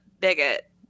bigot